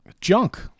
junk